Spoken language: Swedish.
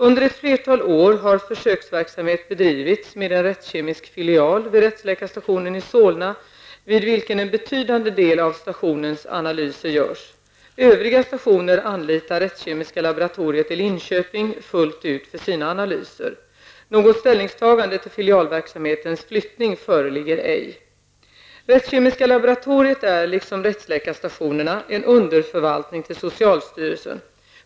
Under ett flertal år har försöksverksamhet bedrivits med en rättskemisk filial vid rättsläkarstationen i Solna, vid vilken en betydande del av stationens analyser görs. Övriga stationer anlitar rättskemiska laboratoriet i Linköping fullt ut för sina analyser. Något ställningstagande till filialverksamhetens flyttning föreligger ej. Rättskemiska laboratoriet är, liksom rättsläkarstationerna, en underförvaltning till socialstyrelsen.